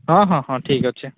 ହଁ ହଁ ହଁ ଠିକ୍ ଅଛି